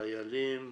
חיילים,